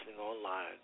online